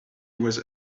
was